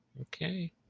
Okay